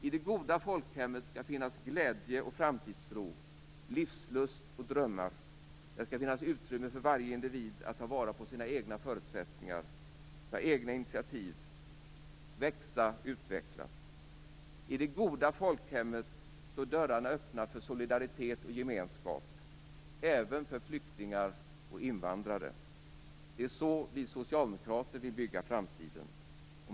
I det goda folkhemmet skall finnas glädje och framtidstro, livslust och drömmar. Där skall finnas utrymme för varje individ att ta vara på sina egna förutsättningar, ta egna initiativ, växa och utvecklas. I det goda folkhemmet står dörrarna öppna för solidaritet och gemenskap, även för flyktingar och invandrare. Det är så vi socialdemokrater vill bygga framtiden.